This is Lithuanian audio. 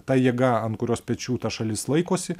ta jėga ant kurios pečių ta šalis laikosi